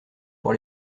pour